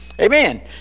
Amen